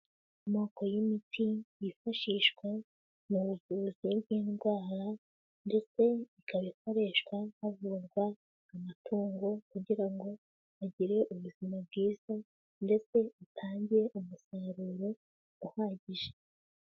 Amoko y'imiti yifashishwa mu buvuzi bw'indwara, ndetse ikaba ikoreshwa havurwa amatungo, kugira ngo agire ubuzima bwiza ndetse itange umusaruro uhagije.